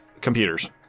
Computers